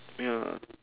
ya